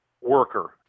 worker